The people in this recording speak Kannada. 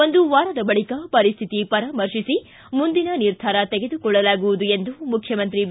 ಒಂದು ವಾರದ ಬಳಿಕ ಪರಿಸ್ಥಿತಿ ಪರಾಮರ್ಶಿಸಿ ಮುಂದಿನ ನಿರ್ಧಾರ ತೆಗೆದುಕೊಳ್ಳಲಾಗುವುದು ಎಂದು ಮುಖ್ಯಮಂತ್ರಿ ಬಿ